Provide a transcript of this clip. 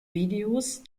videos